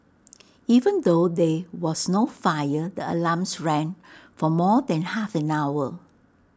even though there was no fire the alarms rang for more than half an hour